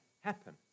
happen